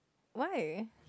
why